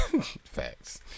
Facts